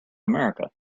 america